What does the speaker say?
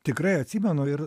tikrai atsimenu ir